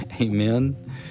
Amen